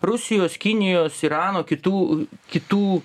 rusijos kinijos irano kitų kitų